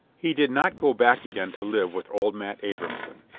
he did not go back again to live with old matt abrahamson.